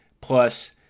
plus